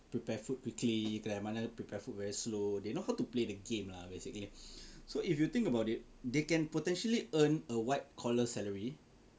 prepare food quickly kedai mana prepare food very slow they know how to play the game lah basically so if you think about it they can potentially earn a white collar salary